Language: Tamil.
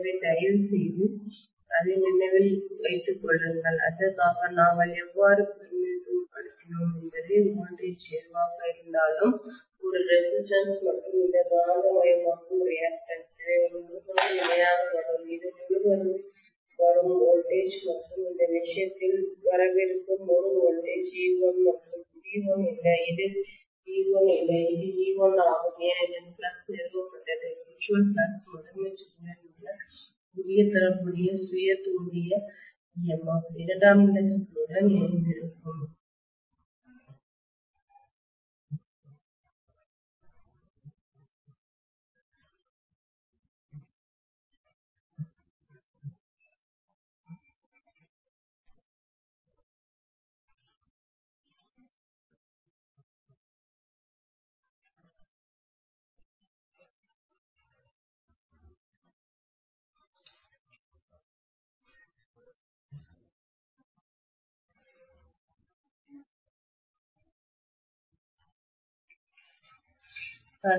எனவே தயவுசெய்து அதை நினைவில் வைத்துக் கொள்ளுங்கள் அதற்காக நாங்கள் எவ்வாறு பிரதிநிதித்துவப்படுத்தினோம் என்பது வோல்டேஜ் எதுவாக இருந்தாலும் ஒரு ரெசிஸ்டன்ஸ் மற்றும் இந்த காந்தமாக்கும் ரியாக்டன்ஸ்எதிர்வினை இவை ஒன்றுக்கொன்று இணையாக வரும் இது முழுவதும் வரும் வோல்டேஜ் மற்றும் இந்த விஷயத்தில் வரவிருக்கும் ஒரு வோல்டேஜ் e1 மற்றும் V1 இல்லை இது V1 இல்லை இது e1 ஆகும்ஏனெனில் ஃப்ளக்ஸ் நிறுவப்பட்டது மீட்சுவல் ஃப்ளக்ஸ் முதன்மை சுருளில் உள்ள உரிய தொடர்புடைய சுய தூண்டிய EMF இரண்டாம் நிலை சுருளுடன் இணைந்திருக்கும்